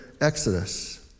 Exodus